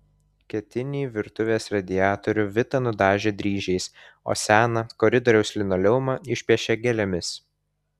ketinį virtuvės radiatorių vita nudažė dryžiais o seną koridoriaus linoleumą išpiešė gėlėmis